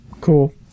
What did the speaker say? Cool